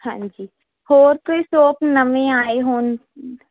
ਹਾਂਜੀ ਹੋਰ ਕੋਈ ਸੋਪ ਨਵੇਂ ਆਏ ਹੋਣ